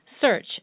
Search